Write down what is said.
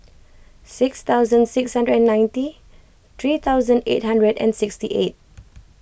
six thousand six hundred and ninety three thousand eight hundred and sixty eight